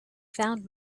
found